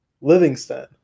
Livingston